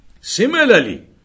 Similarly